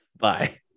Bye